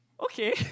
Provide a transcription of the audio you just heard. okay